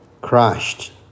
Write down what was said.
crashed